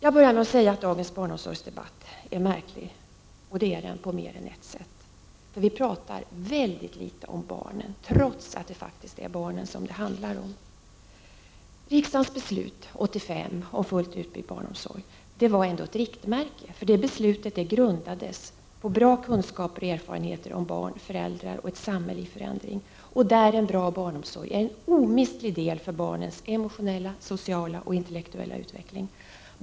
Jag började med att säga att dagens barnomsorgsdebatt är märklig, och det är den på mer än ett sätt. Vi pratar väldigt litet om barnen, trots att det faktiskt är barnen som det handlar om. Riksdagens beslut 1985 om fullt utbyggd barnomsorg var ändå ett riktmärke, för det beslutet grundades på goda kunskaper och erfarenheter om barn, föräldrar och ett samhälle i förändring, där en bra omsorg är en omistlig del för barnens emotionella, sociala och intellektuella utveckling.